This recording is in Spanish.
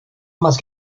más